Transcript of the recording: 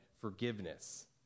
forgiveness